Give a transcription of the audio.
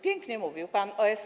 Pięknie mówił pan o S3.